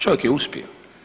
Čovjek je uspio.